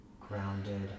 grounded